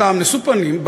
אדם נשוא פנים,